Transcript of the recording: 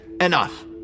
enough